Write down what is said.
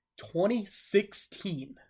2016